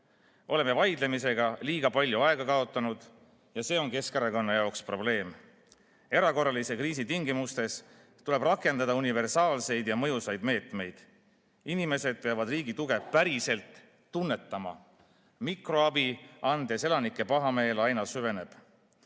Oleme vaidlemisega liiga palju aega kaotanud ja see on Keskerakonna jaoks probleem. Erakorralise kriisi tingimustes tuleb rakendada universaalseid ja mõjusaid meetmeid. Inimesed peavad riigi tuge päriselt tunnetama. Mikroabi andes elanike pahameel aina